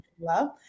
love